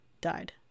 died